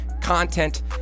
content